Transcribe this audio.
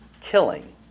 killing